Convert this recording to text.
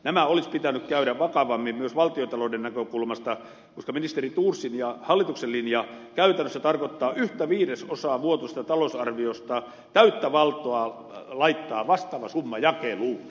nämä olisi pitänyt käydä vakavammin myös valtiontalouden näkökulmasta koska ministeri thorsin ja hallituksen linja käytännössä tarkoittaa täyttä valtaa laittaa yhtä viidesosaa vuotuisesta talousarviosta vastaava summa jakeluun